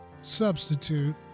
substitute